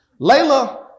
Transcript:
Layla